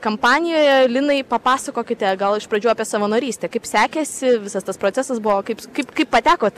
kampanijoje linai papasakokite gal iš pradžių apie savanorystę kaip sekėsi visas tas procesas buvo kaip kaip kaip patekot